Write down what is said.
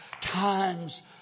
Times